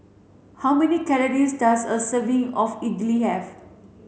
how many calories does a serving of Idly have